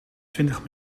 twintig